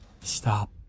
stop